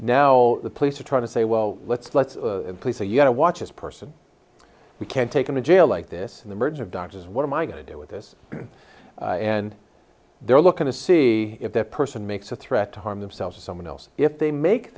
now the police are trying to say well let's let's say you got to watch this person we can take him to jail like this in the merge of doctors what am i going to do with this and they're looking to see if that person makes a threat to harm themselves or someone else if they make